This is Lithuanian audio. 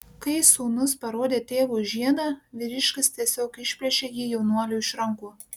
kai sūnus parodė tėvui žiedą vyriškis tiesiog išplėšė jį jaunuoliui iš rankų